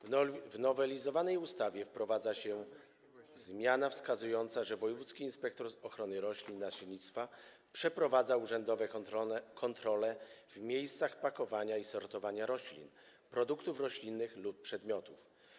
W nowelizowanej ustawie wprowadza się zmianę stanowiącą, że wojewódzki inspektor ochrony roślin i nasiennictwa przeprowadza urzędowe kontrole w miejscach pakowania i sortowania roślin, produktów roślinnych lub przedmiotów.